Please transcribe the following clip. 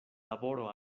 laboro